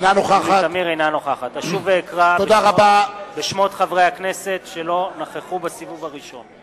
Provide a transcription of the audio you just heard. אינה נוכחת אשוב ואקרא בשמות חברי הכנסת שלא נכחו בסיבוב הראשון: